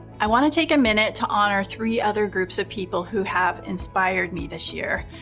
i wanna take a minute to honor three other groups of people who have inspired me this year.